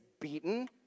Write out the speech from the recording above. beaten